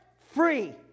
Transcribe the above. free